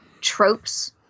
tropes